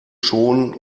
schonen